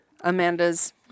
Amanda's